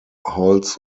holds